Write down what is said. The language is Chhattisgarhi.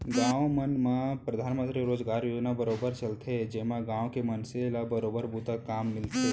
गाँव मन म परधानमंतरी रोजगार योजना बरोबर चलथे जेमा गाँव के मनसे ल बरोबर बूता काम मिलथे